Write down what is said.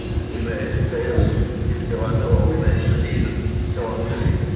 we may fail and begin to go under, or we may succeed and go on living?